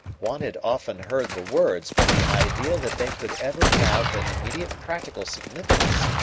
one had often heard the words, but the idea that they could ever have an immediate practical significance,